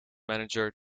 manager